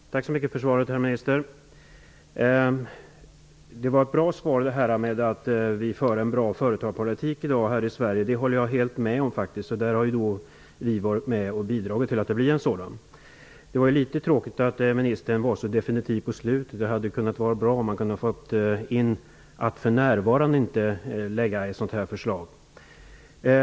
Fru talman! Tack så mycket för svaret, herr minister! Jag håller helt med om konstaterandet att vi i dag har en bra företagspolitik i Sverige. Vi har också bidragit till att få till stånd en sådan. Det var litet tråkigt att ministern var så definitiv i slutet av sitt svar. Det hade varit bra om han hade tillagt något om att han ''inte för närvarande'' är beredd att lägga fram ett sådant förslag som det nu aktuella.